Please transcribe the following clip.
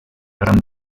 gran